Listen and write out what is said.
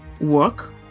work